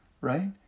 Right